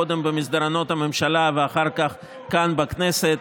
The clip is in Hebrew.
קודם במסדרונות הממשלה ואחר כך כאן בכנסת,